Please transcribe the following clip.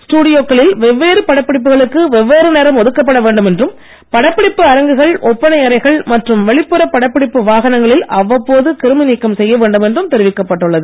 ஸ்டுடியோக்களில் வெவ்வேறு படப்பிடிப்புகளுக்கு வேண்டும் என்றும் படப்பிடிப்பு வெவ்வேறு நேரம் ஒதுக்கப்பட அரங்குகள் ஒப்பனை அறைகள் மற்றும் வெளிப்புற படப்பிடிப்பு வாகனங்களில் அவ்வப்போது கிருமிநீக்கம் செய்யவேண்டும் என்றும் தெரிவிக்கப் பட்டுள்ளது